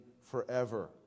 forever